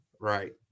right